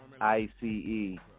I-C-E